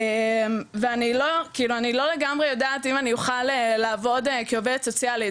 ואתם מכירים אותה, ריבוי של שחקנים.